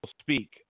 speak